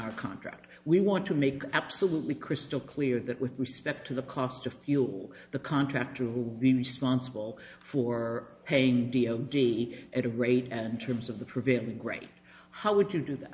our contract we want to make absolutely crystal clear that with respect to the cost of fuel the contract to be responsible for pain d at a rate and terms of the prevailing great how would you do that